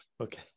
Okay